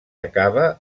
acaba